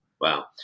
wow